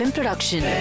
Production